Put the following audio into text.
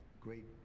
great